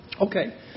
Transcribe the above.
Okay